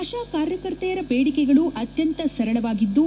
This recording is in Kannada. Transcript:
ಆಶಾ ಕಾರ್ಯಕರ್ತೆಯರ ದೇಡಿಕೆಗಳು ಅತ್ತಂತ ಸರಳವಾಗಿದ್ದು